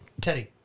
Teddy